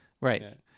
Right